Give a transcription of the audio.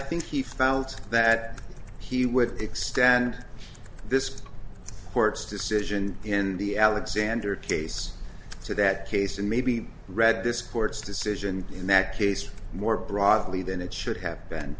think he found that he would extend this court's decision in the alexander case so that case and maybe read this court's decision in that case more broadly than it should have